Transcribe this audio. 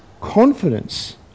confidence